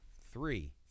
three